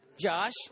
Josh